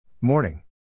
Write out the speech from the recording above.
Morning